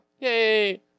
Yay